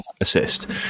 assist